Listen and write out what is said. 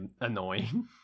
annoying